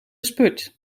spurt